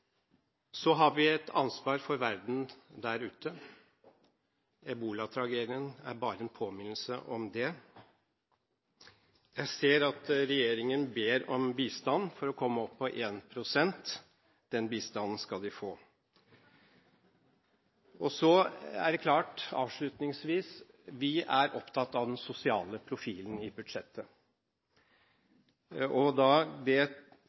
Så har vi et ansvar for verden der ute. Ebola-tragedien er bare en påminnelse om det. Jeg ser at regjeringen ber om bistand for å komme opp på 1 pst. Den bistanden skal den få. Avslutningsvis: Vi er opptatt av den sosiale profilen i budsjettet. Skattelettelsene som regjeringen foreslår, gjør at jeg må si følgende, nå når finansministeren skal ha ordet: Det